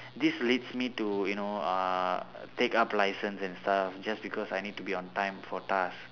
this leads me to you know uh take up license and stuff just because I need to be on time for task